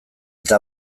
eta